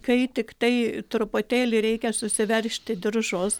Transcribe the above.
kai tiktai truputėlį reikia susiveržti diržus